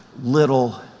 little